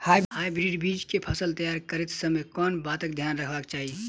Hybrid बीज केँ फसल तैयार करैत समय कऽ बातक ध्यान रखबाक चाहि?